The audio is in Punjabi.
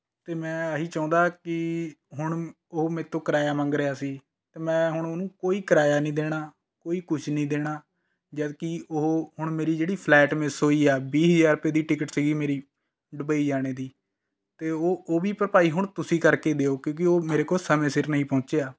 ਅਤੇ ਮੈਂ ਇਹ ਹੀ ਚਾਹੁੰਦਾ ਕਿ ਹੁਣ ਉਹ ਮੇਰੇ ਤੋਂ ਕਿਰਾਇਆ ਮੰਗ ਰਿਹਾ ਸੀ ਅਤੇ ਮੈਂ ਹੁਣ ਉਹਨੂੰ ਕੋਈ ਕਿਰਾਇਆ ਨਹੀਂ ਦੇਣਾ ਕੋਈ ਕੁਛ ਨਹੀਂ ਦੇਣਾ ਜਦ ਕਿ ਉਹ ਹੁਣ ਮੇਰੀ ਜਿਹੜੀ ਫਲਾਈਟ ਮਿਸ ਹੋਈ ਹੈ ਵੀਹ ਹਜ਼ਾਰ ਰੁਪਏ ਦੀ ਟਿਕਟ ਸੀ ਮੇਰੀ ਦੁਬਈ ਜਾਣ ਦੀ ਅਤੇ ਉਹ ਉਹ ਵੀ ਭਰਪਾਈ ਹੁਣ ਤੁਸੀਂ ਕਰਕੇ ਦਿਓ ਕਿਉਂਕਿ ਉਹ ਮੇਰੇ ਕੋਲ ਸਮੇਂ ਸਿਰ ਨਹੀਂ ਪਹੁੰਚਿਆ